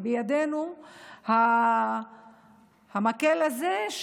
בידינו המקל הזה,